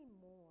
more